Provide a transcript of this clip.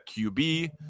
QB